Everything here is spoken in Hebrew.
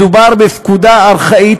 מדובר בפקודה ארכאית,